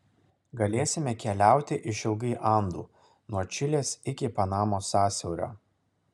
galėsime keliauti išilgai andų nuo čilės iki panamos sąsiaurio